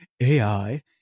AI